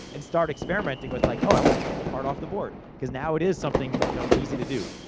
and start experimenting with like, oh i want to take the part off the board. cause now it is something you know easy to do.